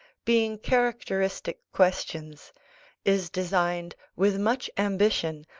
being characteristic questions is designed, with much ambition,